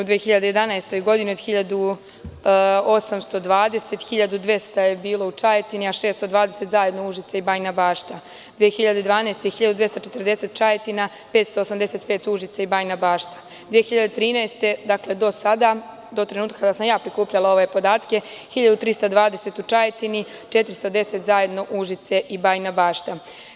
U 2011. godini od 1.820, 1.200 je bilo u Čajetini, a 620 zajedno Užice i Bajina Bašta, 2012. godine 1.240 Čajetina, 585 Užice i Bajina Bašta, 2013. godine, dakle do sada, do trenutka kada sam ja prikupljala ove podatke 1.320 u Čajetini, 410 zajedno Užice i Bajina Bašta.